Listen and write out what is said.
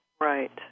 Right